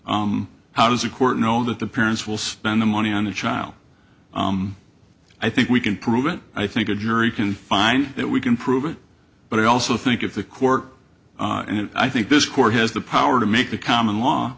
out how does a court know that the parents will spend the money on a child i think we can prove it i think a jury can find that we can prove it but i also think if the court and i think this court has the power to make the common law